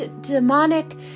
demonic